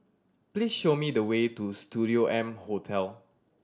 please show me the way to Studio M Hotel